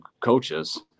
coaches